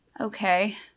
Okay